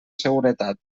seguretat